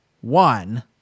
one